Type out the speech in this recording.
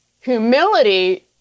Humility